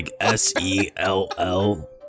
S-E-L-L